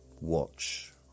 watch